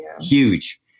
huge